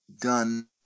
done